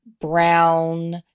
brown